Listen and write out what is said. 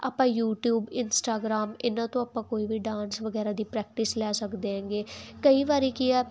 ਆਪਾਂ YouTube Instagram ਇਹਨਾਂ ਤੋਂ ਆਪਾਂ ਕੋਈ ਵੀ ਡਾਂਸ ਵਗੈਰਾ ਦੀ ਪ੍ਰੈਕਟਿਸ ਲੈ ਸਕਦੇ ਹੈਗੇ ਕਈ ਵਾਰੀ ਕੀ ਆ